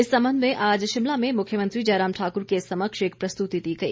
इस संबंध में आज शिमला में मुख्यमंत्री जयराम ठाकुर के समक्ष एक प्रस्तुति दी गई